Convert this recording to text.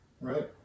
Right